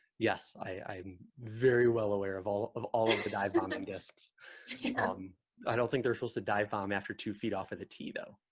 yes i am very well aware of all of all of the dive-bombing discs um i don't think they're supposed to dive-bomb after two feet off at a tea though